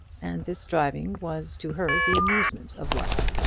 and this driving was to her the amusement of life.